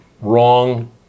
wrong